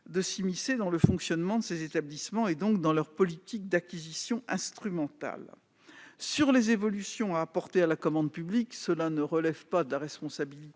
de s'immiscer dans le fonctionnement de ces établissements, donc dans leurs politiques d'acquisition instrumentale. Pour ce qui concerne les évolutions à apporter à la commande publique- cela ne relève pas de mon